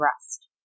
rest